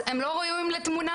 הם לא ראויים לתמונה